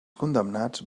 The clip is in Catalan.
condemnats